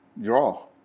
draw